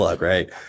right